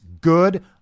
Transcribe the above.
Good